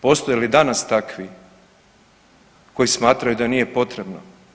Postoje li danas takvi koji smatraju da nije potrebno?